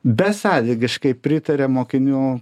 besąlygiškai pritarė mokinių